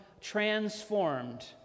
transformed